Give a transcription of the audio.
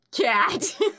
Cat